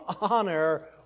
honor